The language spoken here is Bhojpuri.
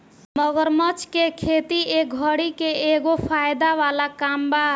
मगरमच्छ के खेती ए घड़ी के एगो फायदा वाला काम बा